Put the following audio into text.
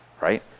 right